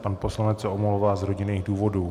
Pan poslanec se omlouvá z rodinných důvodů.